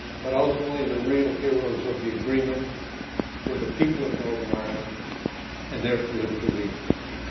but ultimately the real heroes of the agreement were the people of northern ireland and their political leaders.